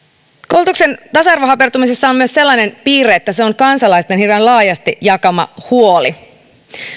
koulutuksen tasa arvon hapertumisessa on myös sellainen piirre että se on kansalaisten hirveän laajasti jakama huoli